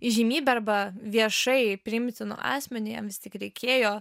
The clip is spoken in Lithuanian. įžymybe arba viešai priimtinu asmeniu jam vis tiek reikėjo